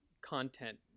content